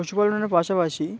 পশুপালনের পাশাপাশি